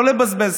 לא לבזבז